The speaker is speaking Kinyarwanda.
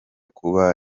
kuba